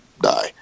die